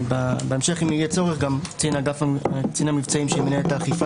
בהמשך אם יהיה צורך גם קצין המבצעים של מינהלת האכיפה